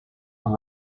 par